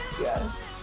Yes